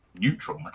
neutral